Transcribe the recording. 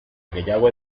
gehiago